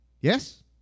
Yes